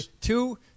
Two